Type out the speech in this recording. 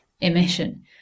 emission